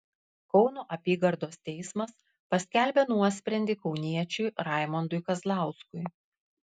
kauno apygardos teismas paskelbė nuosprendį kauniečiui raimondui kazlauskui